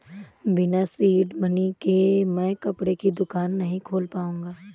बिना seed money के मैं कपड़े की दुकान नही खोल पाऊंगा